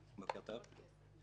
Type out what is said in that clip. בוקר טוב.